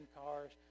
cars